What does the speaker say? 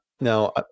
Now